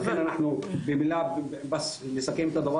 ולכן, לסכם.